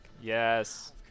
Yes